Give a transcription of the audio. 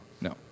No